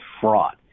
fraud